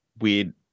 weird